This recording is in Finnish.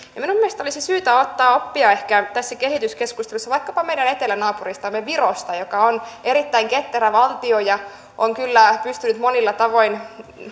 minun mielestäni ehkä olisi syytä ottaa oppia tässä kehityskeskustelussa vaikkapa meidän etelänaapuristamme virosta joka on erittäin ketterä valtio ja on kyllä pystynyt monilla tavoin